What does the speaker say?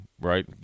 Right